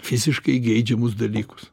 fiziškai geidžiamus dalykus